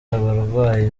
abarwayi